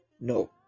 no